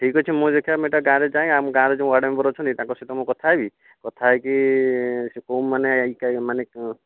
ଠିକ ଅଛି ମୁଁ ଦେଖିଆ ମୁଁ ଏଟା ଗାଁରେ ଯାଏ ଗାଁରେ ଯେଉଁ ୱାର୍ଡ଼ ମେମ୍ବର ଅଛନ୍ତି ତାଙ୍କ ସହିତ ମୁଁ କଥା ହେବି କଥା ହୋଇକି ସେ କେଉଁମାନେ ମାନେ କଣ